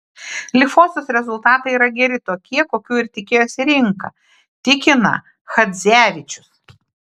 lifosos rezultatai yra geri tokie kokių ir tikėjosi rinka tikina chadzevičius